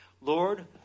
Lord